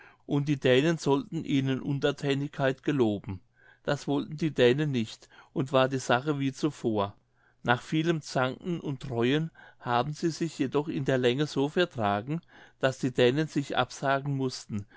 und die dänen sollten ihnen unterthänigkeit geloben das wollten die dänen nicht und war die sache wie zuvor nach vielem zanken und dräuen haben sie sich jedoch in der länge so vertragen daß die dänen sich absagen mußten